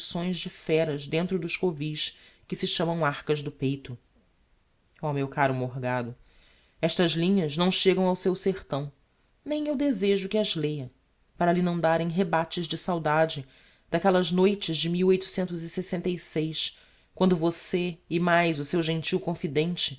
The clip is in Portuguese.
de feras dentro dos covis que se chamam arcas do peito ó meu caro morgado estas linhas não chegam ao seu sertão nem eu desejo que as leia para lhe não darem rebates de saudade d'aquellas noites de quando vossê e mais o seu gentil confidente